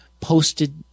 posted